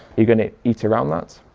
you going to eat around that?